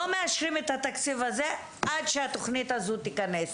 לא מאשרים את התקציב הזה עד שהתוכנית הזאת תיכנס